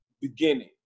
beginning